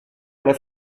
alla